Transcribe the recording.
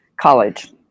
college